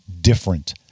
different